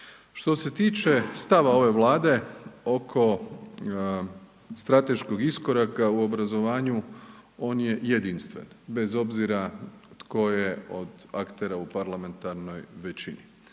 Što se tiče stava ove Vlade oko strateškog iskoraka u obrazovanju on je jedinstven, bez obzira tko je od aktera u parlamentarnoj većini.